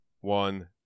one